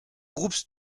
groups